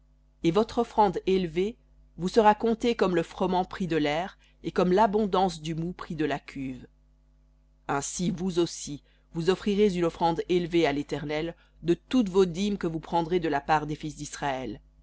et votre offrande élevée vous sera comptée comme le froment pris de l'aire et comme l'abondance pris de la cuve ainsi vous aussi vous offrirez une offrande élevée à l'éternel de toutes vos dîmes que vous prendrez de la part des fils d'israël